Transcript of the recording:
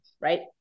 Right